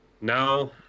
now